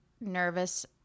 nervous-